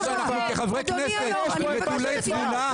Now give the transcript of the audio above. חברי כנסת נטולי תבונה?